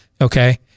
okay